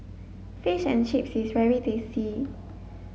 fish and chips is very tasty